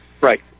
Right